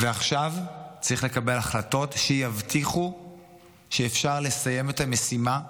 ועכשיו צריך לקבל החלטות שיבטיחו שאפשר לסיים את המשימה,